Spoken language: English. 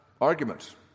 arguments